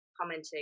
commenting